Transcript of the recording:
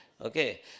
Okay